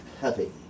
heavy